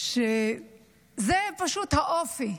זה פשוט האופי,